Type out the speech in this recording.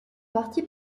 partie